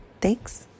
Thanks